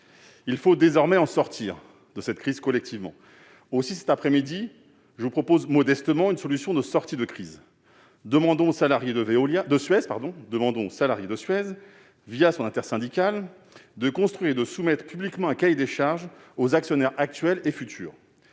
Il faut désormais sortir de cette crise collectivement. C'est pourquoi, cet après-midi, je vous propose modestement une solution de sortie de crise : demandons aux salariés de Suez, leur intersyndicale, de construire et de soumettre publiquement un cahier des charges aux actionnaires actuels et futurs.